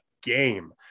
game